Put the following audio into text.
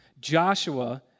Joshua